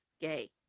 gay